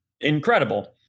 incredible